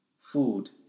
food